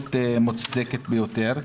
הסתייגות מוצדקת ביותר,